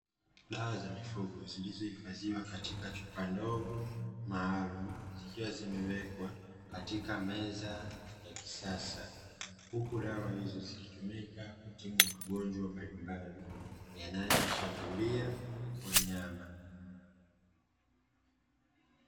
Dawa za mifugo zilizohifadhiwa katika chupa ndogo maalumu, zikiwa zimewekwa katika meza ya kisasa, huku dawa hizo zikitumika kutibu magonjwa mbalimbali yanayoshambulia wanyama.